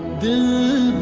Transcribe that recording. the